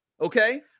Okay